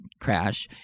crash